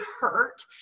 hurt